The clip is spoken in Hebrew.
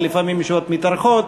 ולפעמים ישיבות מתארכות.